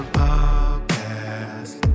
podcast